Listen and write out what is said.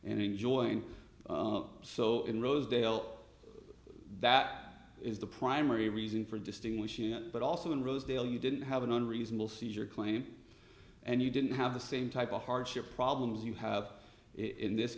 and enjoying so in rosedale that is the primary reason for distinguishing it but also in rosedale you didn't have an unreasonable seizure claim and you didn't have the same type of hardship problems you have in this